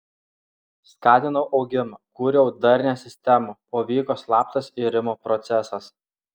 skatinau augimą kūriau darnią sistemą o vyko slaptas irimo procesas